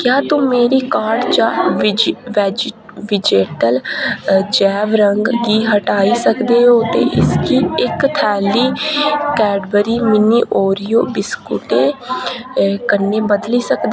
क्या तुम मेरी कार्ट चा वेजी वेजी विजेटल जैव रंग गी हटाई सकदे ओ ते इसगी इक थैली कैडबरी मिनी ओरियो बिस्कुटें कन्नै बदली सकदे